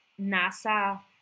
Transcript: NASA